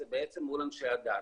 זה בעצם מול אנשי הדת